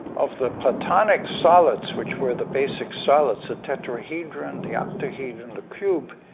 of the platonic solids, which were the basic solids, the tetrahedron, the octahedron, the cube,